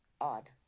Odd